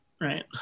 right